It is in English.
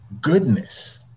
goodness